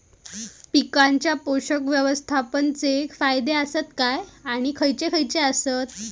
पीकांच्या पोषक व्यवस्थापन चे फायदे आसत काय आणि खैयचे खैयचे आसत?